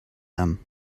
them